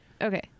Okay